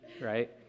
right